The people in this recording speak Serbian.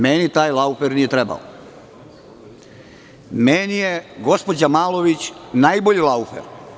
Meni taj „Laufer“ nije trebao, meni je gospođa Malović najbolji „Laufer“